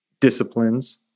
disciplines